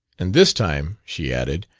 and this time, she added,